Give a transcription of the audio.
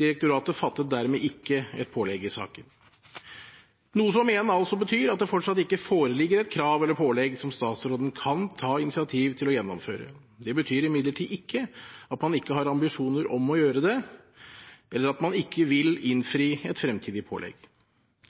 Direktoratet fattet dermed ikke et pålegg i saken, noe som igjen betyr at det fortsatt ikke foreligger et krav eller pålegg som statsråden kan ta initiativ til å gjennomføre. Det betyr imidlertid ikke at man ikke har ambisjoner om å gjøre det, eller at man ikke vil innfri et fremtidig pålegg.